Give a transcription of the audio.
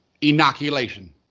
inoculation